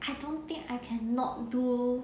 I don't think I can not do